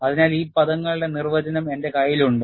അതിനാൽ ഈ പദങ്ങളുടെ നിർവചനം എന്റെ കയ്യിൽ ഉണ്ട്